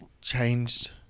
changed